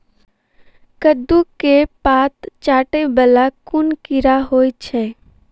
कद्दू केँ पात चाटय वला केँ कीड़ा होइ छै?